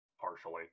partially